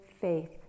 faith